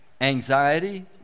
anxiety